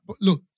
Look